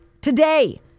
today